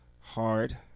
Hard